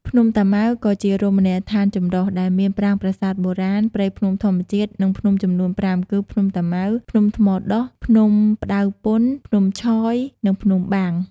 ភ្នំតាម៉ៅក៏ជារមណីយដ្ឋានចម្រុះ ដែលមានប្រាង្គប្រាសាទបុរាណ ព្រៃភ្នំធម្មជាតិ និងភ្នំចំនួន ៥ គឺ ភ្នំតាម៉ៅ ភ្នំថ្មដុះ ភ្នំផ្តៅពន្ធ ភ្នំឆយ និងភ្នំបាំង។